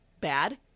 bad